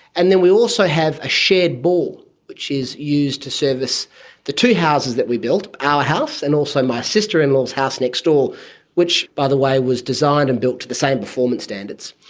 and then we also have a shared bore which is used to service the two houses that we built, our house and also my sister-in-law's house next door which, by the way, was designed and built to the same performance standards.